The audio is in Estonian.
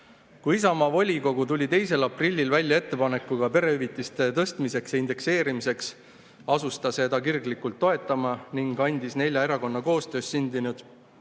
Kui Isamaa volikogu tuli 2. aprillil välja ettepanekuga perehüvitisi tõsta ja indekseerida, asus ta seda kirglikult toetama ning andis nelja erakonna koostöös sündinud